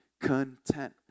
content